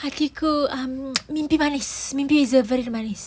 hatiku um mimpi manis mimpi is a very manis